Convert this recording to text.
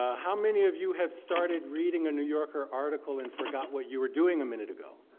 ah how many of you have started reading a new yorker article and forgot what you were doing a minute ago?